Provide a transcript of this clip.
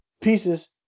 pieces